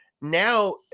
now